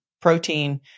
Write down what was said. protein